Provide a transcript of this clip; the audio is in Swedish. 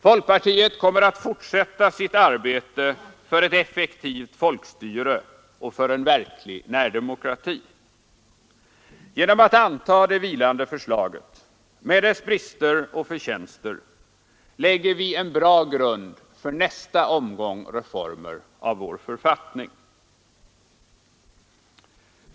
Folkpartiet kommer att fortsätta sitt arbete för ett effektivt folkstyre och för en verklig närdemokrati. Genom att anta det vilande förslaget med dess brister och förtjänster lägger vi en bra grund för nästa omgång reformer av vår författning.